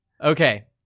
Okay